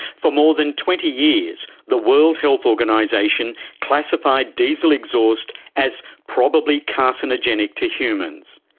for more than twenty years the world health organisation classified diesel exhaust as probably carcinogenic to humans.